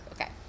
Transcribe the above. okay